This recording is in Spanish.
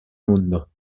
mundo